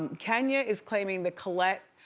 kenya is claiming that colette